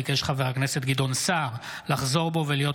ביקש חבר הכנסת גדעון סער לחזור ולהיות